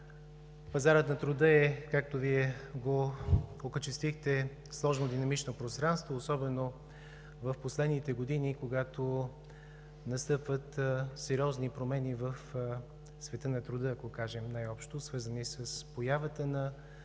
пазарът на труда е, както Вие го окачествихте, сложно динамично пространство, особено в последните години, когато настъпват сериозни промени в света на труда, ако кажем най-общо, свързани с появата на